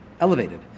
elevated